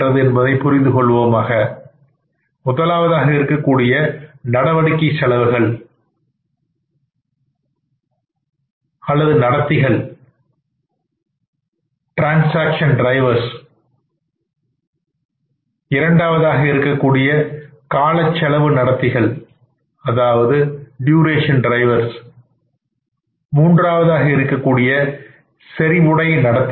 transaction driver duration driver மற்றும் intensity driver என மூன்று வகைப்படும் முதலாவதாக இருக்கக்கூடிய நடவடிக்கை செலவுகள் நடத்திகள் இரண்டாவது இருக்கக்கூடிய காலச் செலவு நடத்திகள் மூன்றாவதாக இருக்கக்கூடிய செறிவுடைய நடத்தைகள்